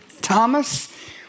Thomas